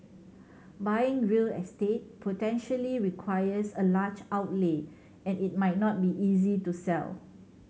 buying real estate potentially requires a large outlay and it might not be easy to sell